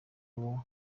ubwo